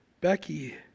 Becky